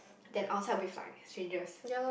than outside with like strangers